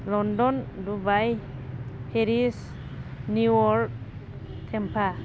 London Dubai Paris New York Tampa